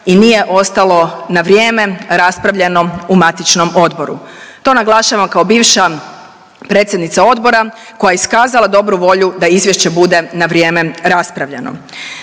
i nije ostalo na vrijeme raspravljeno u matičnom odboru. To naglašavam kao bivša predsjednica odbora koja je iskazala dobru volju da izvješće bude na vrijeme raspravljeno.